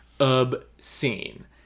obscene